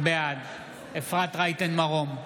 בעד אפרת רייטן מרום,